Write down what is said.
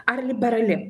ar liberali